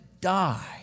die